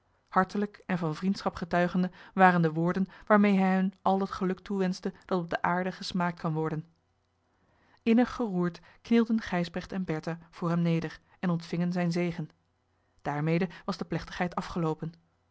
hartelijk en van vriendschap getuigende waren de woorden waarmede hij hun al het geluk toewenschte dat op de aarde gesmaakt kan worden innig geroerd knielden gijsbrecht en bertha voor hem neder en ontvingen zijn zegen daarmede was de plechtigheid afgeloopen